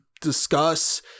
discuss